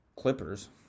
Clippers